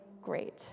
great